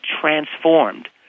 transformed